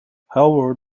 however